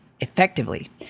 Effectively